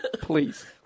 Please